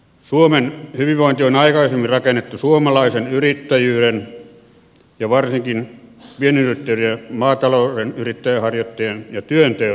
suomen hyvinvointi on aikaisemmin rakennettu suomalaisen yrittäjyyden ja varsinkin pienyrittäjyyden ja maatalouden yrittäjäharjoittajien ja työnteon varaan